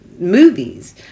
movies